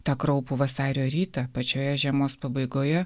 tą kraupų vasario rytą pačioje žiemos pabaigoje